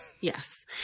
Yes